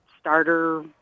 starter